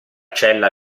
cella